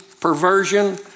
perversion